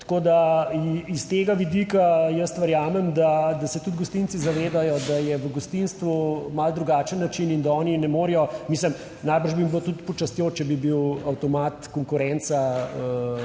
tako da iz tega vidika jaz verjamem, da se tudi gostinci zavedajo, da je v gostinstvu malo drugačen način in da oni ne morejo, mislim, najbrž bi bilo tudi pod častjo, če bi bil avtomat, konkurenca